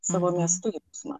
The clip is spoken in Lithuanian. savo miestu jausmą